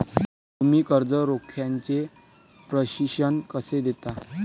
तुम्ही कर्ज रोख्याचे प्रशिक्षण कसे देता?